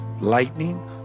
lightning